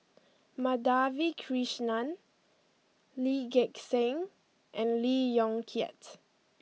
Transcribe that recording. Madhavi Krishnan Lee Gek Seng and Lee Yong Kiat